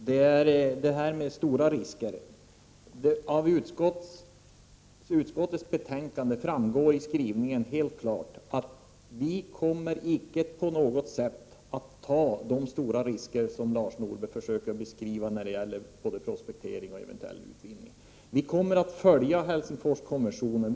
Fru talman! Av utskottets betänkande framgår klart att vi icke på något sätt kommer att ta de stora risker som Lars Norberg försöker beskriva när det gäller prospektering och eventuell utvinning.